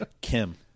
Kim